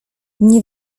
nie